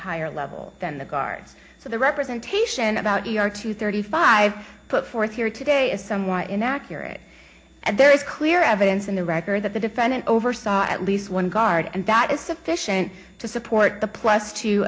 higher level than the guards so the representation about york to thirty five put forth here today is somewhat inaccurate and there is clear evidence in the record that the defendant oversaw at least one guard and that is sufficient to support the plus t